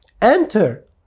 enter